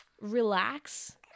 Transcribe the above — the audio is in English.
relax